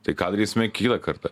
tai ką darysime kitą kartą